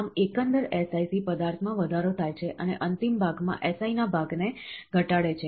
આમ એકંદર SiC પદાર્થમાં વધારો થાય છે અને અંતિમ ભાગમાં Si ના ભાગને ઘટાડે છે